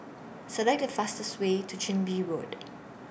Select The fastest Way to Chin Bee Road